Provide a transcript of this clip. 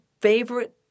favorite